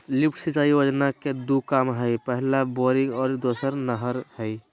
lift सिंचाई योजना के दू काम हइ पहला बोरिंग और दोसर नहर हइ